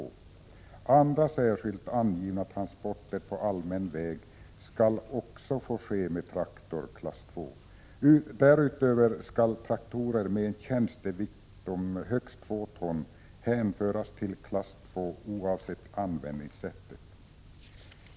Andra särskilt angivna transporter på allmän väg skall också få ske med traktor som hör till klass II. Därutöver skall traktorer med en tjänstevikt om högst 2 ton hänföras till klass II oavsett användningssätt.